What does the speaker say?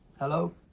hello?